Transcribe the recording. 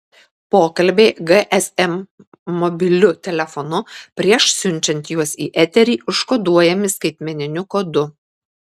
pokalbiai gsm mobiliu telefonu prieš siunčiant juos į eterį užkoduojami skaitmeniniu kodu